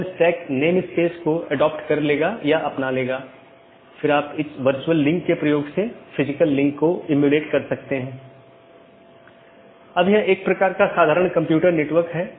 क्योंकि जब यह BGP राउटर से गुजरता है तो यह जानना आवश्यक है कि गंतव्य कहां है जो NLRI प्रारूप में है